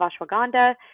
ashwagandha